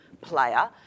player